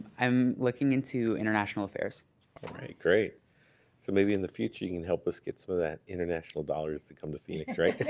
i'm looking into international affairs all right great so maybe in the future you can help us get some of that international dollars to come to phoenix right